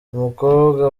umukobwa